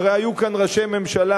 הרי היו כאן ראשי ממשלה,